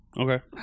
Okay